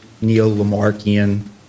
neo-Lamarckian